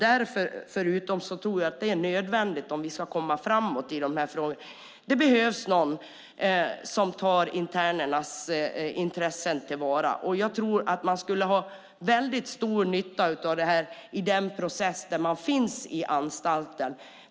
Utöver detta tror jag att det är nödvändigt om vi ska komma framåt i dessa frågor att vi får någon som tar till vara internernas intressen. Jag tror att man skulle ha stor nytta av detta i processen där människor finns i anstalten.